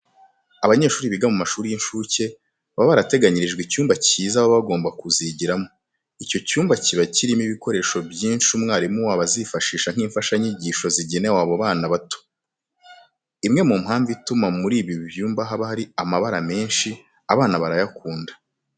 Abanyeshuri biga mu mashuri y'incuke baba barateganyirijwe icyumba cyiza baba bagomba kuzigiramo. Icyo cyumba kiba kirimo ibikoresho byinshi umwarimu wabo azifashisha nk'imfashanyigisho zigenewe abo bana bato. Imwe mu mpamvu ituma muri ibi byumba haba hari amabara menshi, abana barayakunda.